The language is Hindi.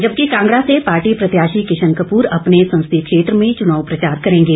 जबकि कांगड़ा से पार्टी प्रत्याशी किशन कपूर अपने संसदीय क्षेत्र में चुनाव प्रचार करेंगे